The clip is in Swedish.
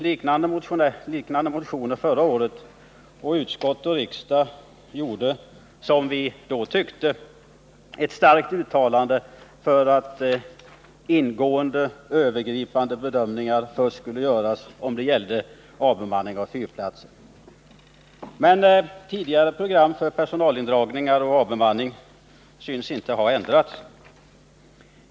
Liknande motioner fanns förra året, och utskott och riksdag gjorde, som vi då tyckte, ett starkt uttalande om att ingående, övergripande bedömningar först skulle göras om det gällde avbemanning av fyrplatser. Men tidigare program för personalindragningar och avbemanning synes inte ha ändrats.